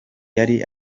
yari